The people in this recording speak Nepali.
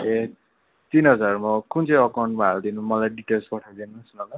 ए तिन हजार म कुन चाहिँ एकाउन्टमा हालिदिनु मलाई डिटेल्स पठाइदिनुहोस् न ल